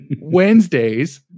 Wednesdays